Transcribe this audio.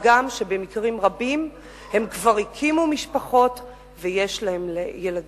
מה גם שבמקרים רבים הם כבר הקימו משפחות ויש להם ילדים.